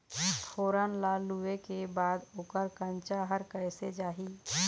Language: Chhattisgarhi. फोरन ला लुए के बाद ओकर कंनचा हर कैसे जाही?